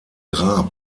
grab